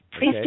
Please